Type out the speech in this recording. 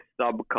subculture